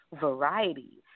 variety